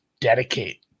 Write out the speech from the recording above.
dedicate